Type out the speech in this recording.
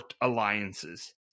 alliances